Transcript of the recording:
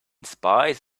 spies